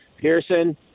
Pearson